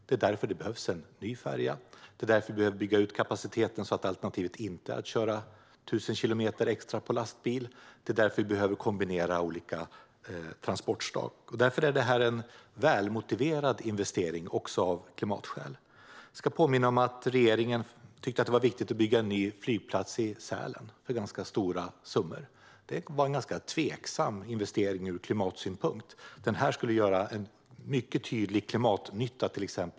Det är därför det behövs en ny färja, det är därför vi behöver bygga ut kapaciteten så att alternativet inte är att köra 1 000 kilometer extra med lastbil och det är därför vi behöver kombinera olika transportslag. Denna investering är en välmotiverad investering, också av klimatskäl. Jag vill påminna om att regeringen tyckte att det var viktigt att bygga en ny flygplats i Sälen för stora summor, vilket var en ganska tveksam investering ur klimatsynpunkt. Jämfört med den skulle denna investering göra mycket tydlig klimatnytta.